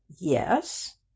Yes